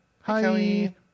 Hi